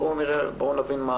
בואו נראה, בואו נבין.